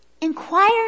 Inquire